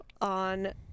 on